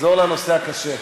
תחזור לנושא הקשה.